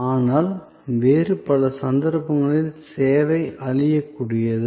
ஆனால் வேறு பல சந்தர்ப்பங்களில் சேவை அழியக்கூடியது